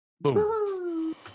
Boom